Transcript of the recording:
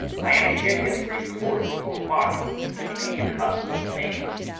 i am to get his report to-morrow if he can possibly make it.